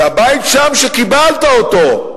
והבית שם, שקיבלת אותו,